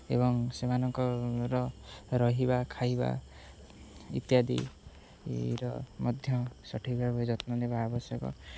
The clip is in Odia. ଏବଂ ସେମାନଙ୍କର ରହିବା ଖାଇବା ଇତ୍ୟାଦିର ମଧ୍ୟ ସଠିକ ଭାାବେ ଯତ୍ନ ନେବା ଆବଶ୍ୟକ